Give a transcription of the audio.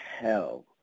hell